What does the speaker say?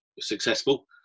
successful